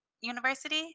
university